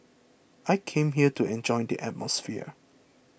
I came here to enjoy the atmosphere